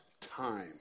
time